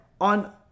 on